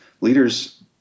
Leaders